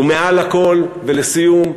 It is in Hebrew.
ומעל לכול ולסיום,